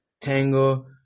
Tango